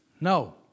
No